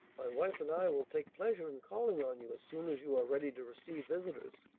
my wife and i will take pleasure in calling on you as soon as you are ready to receive visitors.